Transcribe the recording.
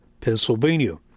Pennsylvania